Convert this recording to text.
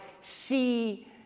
see